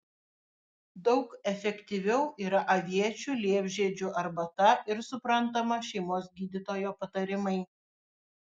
daug efektyviau yra aviečių liepžiedžių arbata ir suprantama šeimos gydytojo patarimai